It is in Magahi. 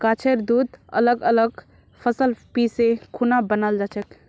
गाछेर दूध अलग अलग फसल पीसे खुना बनाल जाछेक